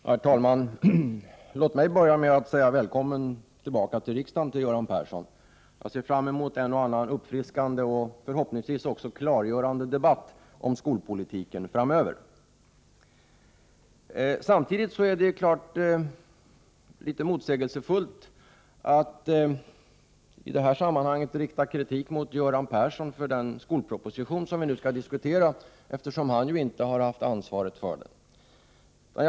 Herr talman! Låt mig börja med att hälsa Göran Persson välkommen tillbaka till riksdagen. Jag ser fram mot en och annan uppfriskande och förhoppningsvis också klargörande debatt om skolpolitiken framöver. Samtidigt är det litet motsägelsefullt att i det här sammanhanget rikta kritik mot Göran Persson för den skolproposition som vi nu skall diskutera, eftersom han ju inte har haft ansvar för den.